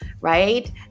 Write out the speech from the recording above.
right